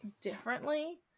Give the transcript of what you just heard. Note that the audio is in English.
differently